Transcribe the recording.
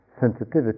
sensitivity